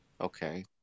Okay